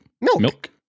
Milk